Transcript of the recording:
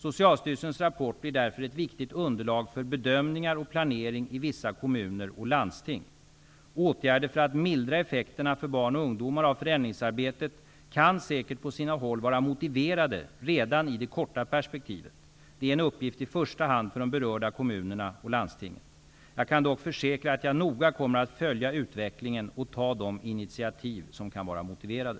Socialstyrelsens rapport blir därför ett viktigt underlag för bedömningar och planering i vissa kommuner och landsting. Åtgärder för att mildra effekterna för barn och ungdomar av förändringsarbetet kan säkert på sina håll vara motiverade redan i det korta perspektivet. Det är en uppgift i första hand för de berörda kommunerna och landstingen. Jag kan dock försäkra att jag noga kommer att följa utvecklingen och ta de initiativ som kan vara motiverade.